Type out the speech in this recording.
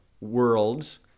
world's